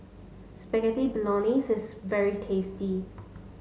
Spaghetti Bolognese is very tasty